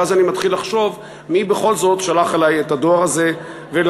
ואז אני מתחיל לחשוב מי בכל זאת שלח אלי את הדואר הזה ולמה.